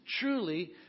truly